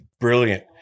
Brilliant